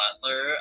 butler